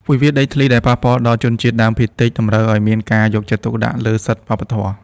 វិវាទដីធ្លីដែលប៉ះពាល់ដល់ជនជាតិដើមភាគតិច តម្រូវឱ្យមានការយកចិត្តទុកដាក់លើសិទ្ធិវប្បធម៌។